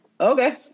Okay